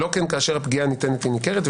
לא כן כאשר הפגיעה הנטענת היא ניכרת,